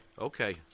Okay